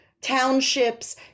townships